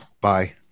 Bye